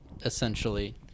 essentially